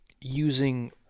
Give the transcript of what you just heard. using